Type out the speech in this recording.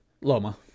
Loma